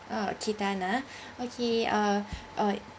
ah chatana okay uh uh